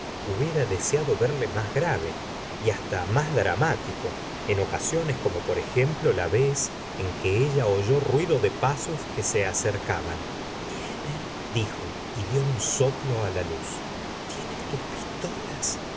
hubiera deseado verle más grave y hasta más dramático en ocasiones como por ejemplo la vez en que ella oyó ruido de pasos que se acercaban vienen dijo y dió un soplo la luz tie nes tus pistolas